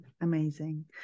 Amazing